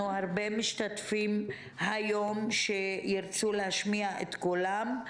הרבה משתתפים היום שירצו להשמיע את קולם.